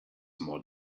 more